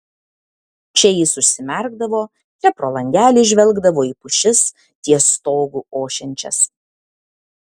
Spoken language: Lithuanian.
čia jis užsimerkdavo čia pro langelį žvelgdavo į pušis ties stogu ošiančias